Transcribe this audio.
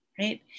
right